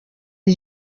iri